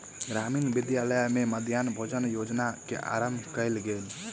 ग्रामीण विद्यालय में मध्याह्न भोजन योजना के आरम्भ कयल गेल